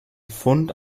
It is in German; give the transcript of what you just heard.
fund